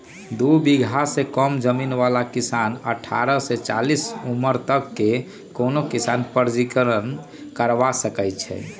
दू बिगहा से कम जमीन बला किसान अठारह से चालीस उमर तक के कोनो किसान पंजीकरण करबा सकै छइ